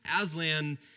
Aslan